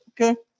Okay